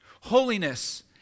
Holiness